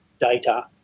data